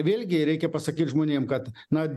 vėlgi reikia pasakyt žmonėm kad na